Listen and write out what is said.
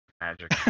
magic